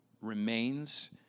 remains